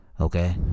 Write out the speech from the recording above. okay